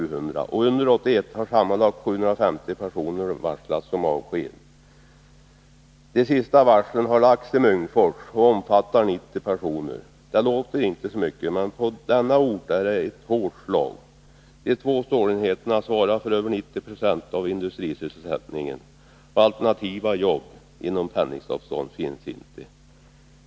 Och under 1981 har sammanlagt 750 personer varslats om avsked. De senaste varslen har utfärdats i Munkfors och berör 90 personer. Det låter inte så mycket, men för denna ort är det ett hårt slag. De två stålenheterna svarar för över 90 90 av industrisysselsättningen. Alternativa jobb inom pendlingsavstånd finns inte.